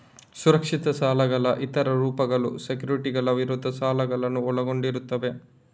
ಸುರಕ್ಷಿತ ಸಾಲಗಳ ಇತರ ರೂಪಗಳು ಸೆಕ್ಯುರಿಟಿಗಳ ವಿರುದ್ಧ ಸಾಲಗಳನ್ನು ಒಳಗೊಂಡಿರುತ್ತವೆ